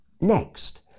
next